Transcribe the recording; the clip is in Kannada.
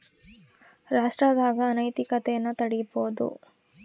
ರಾಷ್ಟ್ರದಾಗ ಅನೈತಿಕತೆನ ತಡೀಬೋದು